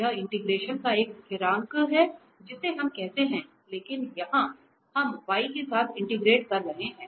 यह इंटिग्रेशन का एक स्थिरांक है जिसे हम कहते हैं लेकिन यहां हम y के साथ इंटिग्रेट कर रहे हैं